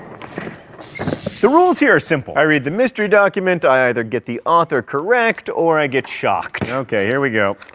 so the rules here are simple. i read the mystery document, i either get the author correct, or i get shocked. okay here we go.